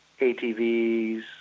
ATVs